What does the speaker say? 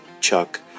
Chuck